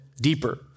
deeper